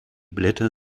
blätter